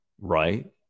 right